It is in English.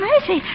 Mercy